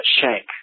shank